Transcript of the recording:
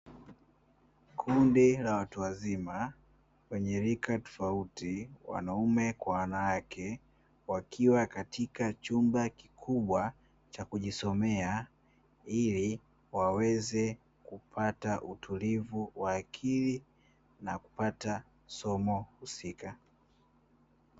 Kundi la watu wazima wenye rika tofauti wanaume kwa wanawake, wakiwa katika chumba kikubwa cha kujisomea. Ili waweze kupata utulivu wa akili na kupata somo husika.